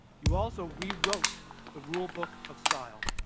you also re-wrote the rulebook of style.